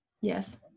Yes